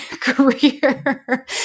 career